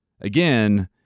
Again